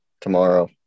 tomorrow